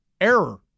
error